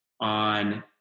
on